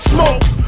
Smoke